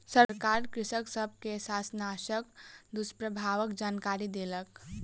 सरकार कृषक सब के शाकनाशक दुष्प्रभावक जानकरी देलक